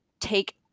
take